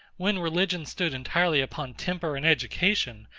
when religion stood entirely upon temper and education,